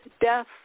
death